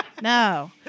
No